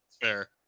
Fair